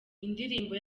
ndirimbo